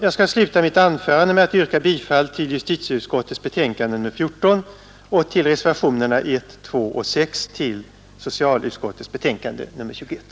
Jag skall sluta mitt anförande med att yrka bifall till justitieutskottets hemställan i dess betänkande nr 14 och till reservationerna 1, 2 och 6 vid socialutskottets betänkande nr 21.